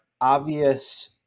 obvious